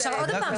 עכשיו עוד דבר,